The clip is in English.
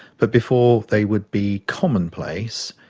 but before they would be commonplace,